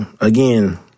again